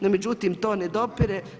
No međutim, to ne dopire.